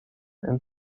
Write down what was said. and